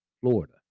Florida